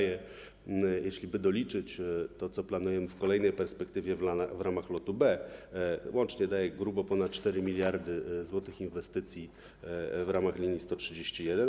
Jeśliby doliczyć to, co planujemy w kolejnej perspektywie w ramach LOT-u B, łącznie daje to grubo ponad 4 mld zł inwestycji w ramach linii nr 131.